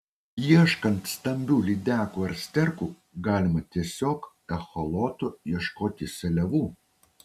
ieškant stambių lydekų ar sterkų galima tiesiog echolotu ieškoti seliavų